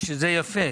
זה יפה.